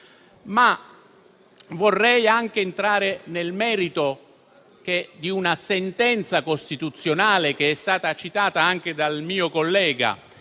82. Vorrei anche entrare nel merito di una sentenza costituzionale che è stata citata anche da un mio collega,